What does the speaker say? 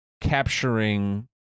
capturing